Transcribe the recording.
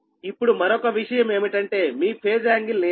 ఇప్పుడు మరొక విషయం ఏమిటంటే మీ ఫేజ్ యాంగిల్ నియంత్రణ